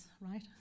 right